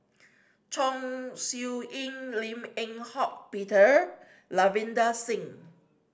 Chong Siew Ying Lim Eng Hock Peter Ravinder Singh